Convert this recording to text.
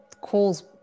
calls